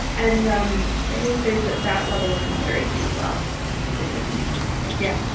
and um i think there's that that level of consideration as well to take into mine yeah.